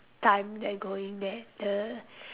time that going there the